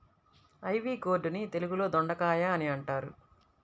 ivy gourd ని తెలుగులో దొండకాయ అని అంటారు